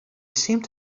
seemed